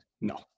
No